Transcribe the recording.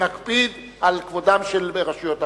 נקפיד על כבודן של רשויות אחרות.